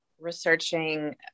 researching